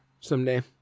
someday